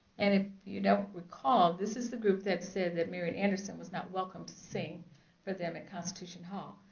and if you don't recall, this is the group that said that marian anderson was not welcome to sing for them at constitution hall.